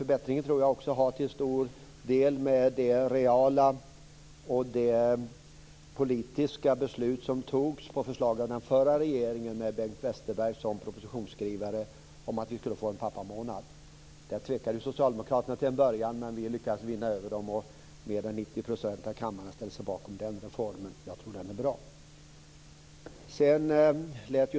Förbättringen har till stor del att göra med det reala politiska beslut som togs på förslag av en tidigare regering, med Bengt Westerberg som propositionsskrivare, om att vi skulle få en pappamånad. Socialdemokraterna tvekade till en början, men vi lyckades vinna över dem, och mer än 90 % av kammarens ledamöter ställde sig bakom reformen, som jag tror var bra.